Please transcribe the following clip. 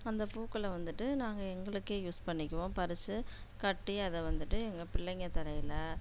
அந்த பூக்களை வந்துவிட்டு நாங்கள் எங்களுக்கே யூஸ் பண்ணிக்குவோம் பறிச்சு கட்டி அதை வந்துவிட்டு எங்கள் பிள்ளைங்கள் தலையில்